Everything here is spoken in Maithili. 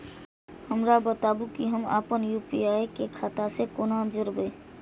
हमरा बताबु की हम आपन यू.पी.आई के खाता से कोना जोरबै?